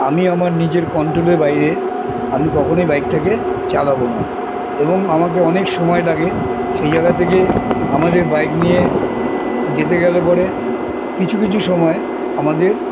আমি আমার নিজের কন্ট্রোলের বাইরে আমি কখনোই বাইকটাকে চালাবো না এবং আমাকে অনেক সময় লাগে সেই জায়গা থেকে আমাদের বাইক নিয়ে যেতে গেলে পরে কিছু কিছু সময় আমাদের